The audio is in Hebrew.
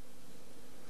אתה זוכר את JAFFA,